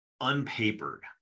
unpapered